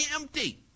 empty